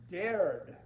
dared